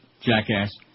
jackass